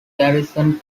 garrison